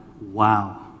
wow